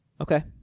Okay